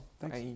Thanks